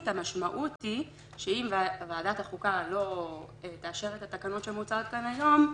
המשמעות היא שאם ועדת החוקה לא תאשר את התקנות שמוצעות כאן היום,